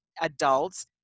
adults